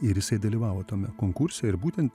ir jisai dalyvavo tame konkurse ir būtent